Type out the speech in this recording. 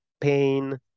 pain